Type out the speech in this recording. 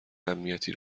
امنیتی